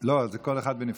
זה כל אחד בנפרד.